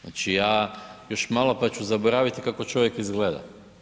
Znači ja još malo pa ću zaboraviti kako čovjek izgleda.